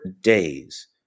days